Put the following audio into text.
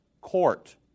court